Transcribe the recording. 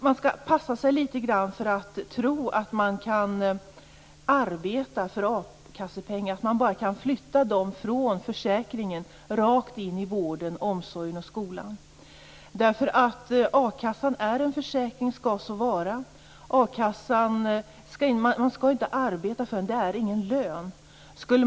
Man skall passa sig för att tro att man helt enkelt kan flytta a-kassepengar från försäkringen rakt in i vården, omsorgen och skolan. A-kassan är en försäkring och skall så vara. Man skall inte arbeta för a-kassan. Det är ingen lön.